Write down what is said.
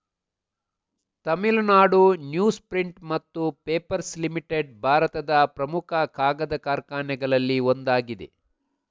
Tamil Nadu news print ಮತ್ತು papers limited ಭಾರತದ ಪ್ರಮುಖ ಕಾಗದ ಕಾರ್ಖಾನೆಗಳಲ್ಲಿ ಒಂದಾಗಿದೆ